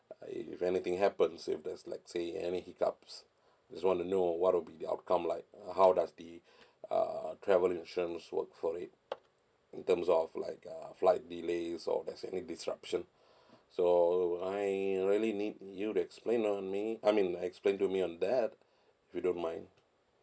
uh if anything happens if there's like say any hiccups just want to know what would be the outcome like uh how does the uh travel insurance work for it in terms of like uh flight delays or as any disruption so I really need you to explain on me I mean I explain to me on that if you don't mind